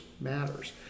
matters